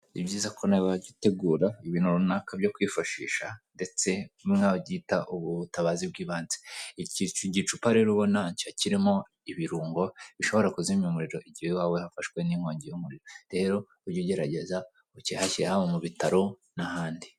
Ni byiza ko nawe witegura ibintu runaka byo kwifashisha, ndetse ni nkaho babyita ubutabazi bw'ibanze. Iki gicupa rero ubona cyiba kirimo ibirungo, bishobora kuzimya umuriro igihe iwawe hafashwe n'inkongi y'umuriro. Rero ujye ugerageza, ucyihashyire mu bitaro n'ahandi.